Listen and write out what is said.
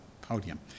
podium